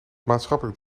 maatschappelijk